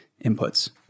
inputs